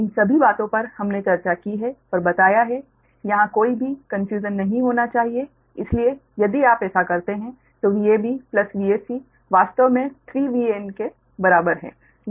इन सभी बातों पर हमने चर्चा की है और बताया है यहाँ कहीं भी कोई भ्रम नहीं होना चाहिए इसलिए यदि आप ऐसा करते हैं तो Vab Vac वास्तव में 3Van के बराबर है